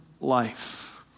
life